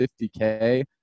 50k